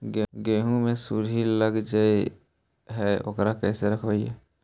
गेहू मे सुरही लग जाय है ओकरा कैसे रखबइ?